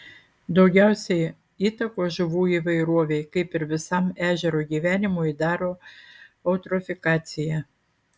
daugiausiai įtakos žuvų įvairovei kaip ir visam ežero gyvenimui daro eutrofikacija